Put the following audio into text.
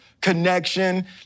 connection